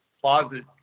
closet